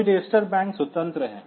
तो यह register bank स्वतंत्र है